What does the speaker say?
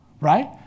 right